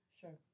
Sure